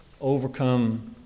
overcome